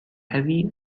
heavy